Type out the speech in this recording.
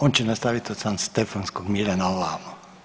On će nastaviti od Sanstefanskog mira na ovamo.